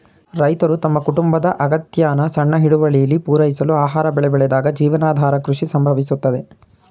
ರೈತರು ತಮ್ಮ ಕುಟುಂಬದ ಅಗತ್ಯನ ಸಣ್ಣ ಹಿಡುವಳಿಲಿ ಪೂರೈಸಲು ಆಹಾರ ಬೆಳೆ ಬೆಳೆದಾಗ ಜೀವನಾಧಾರ ಕೃಷಿ ಸಂಭವಿಸುತ್ತದೆ